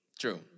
True